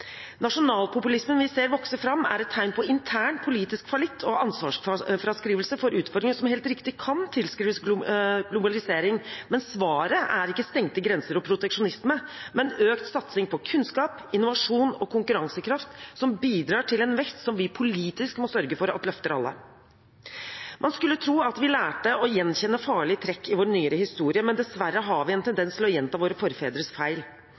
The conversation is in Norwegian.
Nasjonalpopulismen vi ser vokser fram, er et tegn på intern politisk fallitt og ansvarsfraskrivelse for utfordringer som, helt riktig, kan tilskrives globalisering, men svaret er ikke stengte grenser og proteksjonisme, men økt satsing på kunnskap, innovasjon og konkurransekraft, som bidrar til en vekst som vi politisk må sørge for løfter alle. Man skulle tro at vi hadde lært å gjenkjenne farlige trekk i vår nyere historie, men dessverre har vi en tendens til å gjenta våre forfedres feil.